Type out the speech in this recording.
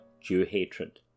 Jew-hatred